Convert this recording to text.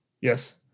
Yes